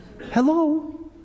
Hello